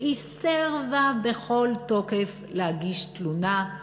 והיא סירבה בכל תוקף להגיש תלונה.